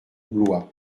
blois